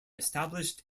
established